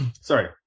sorry